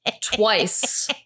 Twice